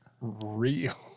real